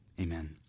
amen